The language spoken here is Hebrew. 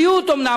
מיעוט אומנם,